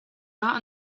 not